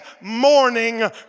morning